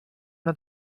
una